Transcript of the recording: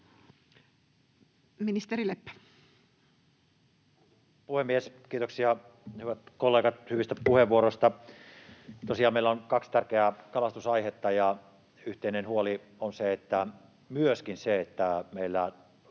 Content: Arvoisa puhemies! Kiitoksia, hyvät kollegat, hyvistä puheenvuoroista. Tosiaan meillä on kaksi tärkeää kalastusaihetta, ja yhteinen huoli on myöskin se, että meillä